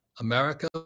America